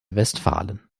westfalen